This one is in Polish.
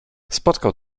spotkał